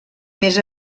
més